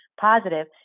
positive